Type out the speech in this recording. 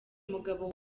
umugabo